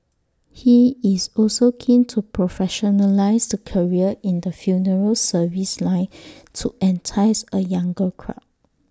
he is also keen to professionalise the career in the funeral service line to entice A younger crowd